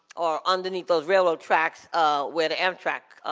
or underneath those railroad tracks where the amtrak